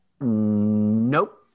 Nope